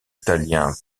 italien